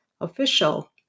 official